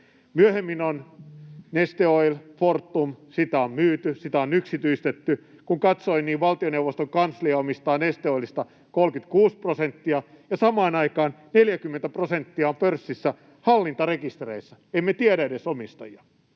Myöhemmin Neste Oilia, Fortumia on myyty, on yksityistetty. Kun katsoin, niin valtioneuvoston kanslia omistaa Neste Oilista 36 prosenttia ja samaan aikaan 40 prosenttia on pörssissä hallintarekistereissä. Emme tiedä edes omistajia.